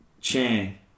Chang